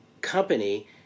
company